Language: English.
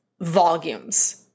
volumes